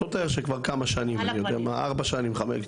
שוטר שנמצא 4-5 שנים.